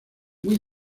muy